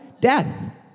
Death